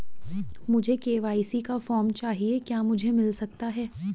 मुझे के.वाई.सी का फॉर्म चाहिए क्या मुझे मिल सकता है?